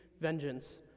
vengeance